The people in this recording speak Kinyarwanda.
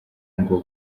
ngo